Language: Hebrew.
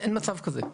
אין מצב כזה.